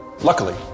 Luckily